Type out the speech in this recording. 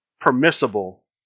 permissible